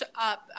up